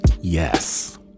Yes